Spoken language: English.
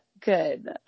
Good